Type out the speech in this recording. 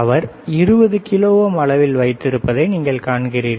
அவர் 20 kilo ohm அளவில் வைத்திருப்பதை நீங்கள் காண்கிறீர்கள்